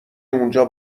اونجا